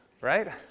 right